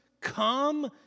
come